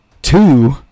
Two